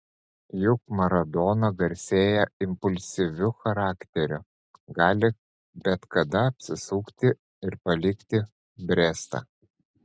juk maradona garsėja impulsyviu charakteriu gali bet kada apsisukti ir palikti brestą